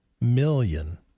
million